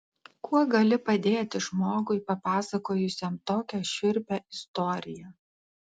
kuo gali padėti žmogui papasakojusiam tokią šiurpią istoriją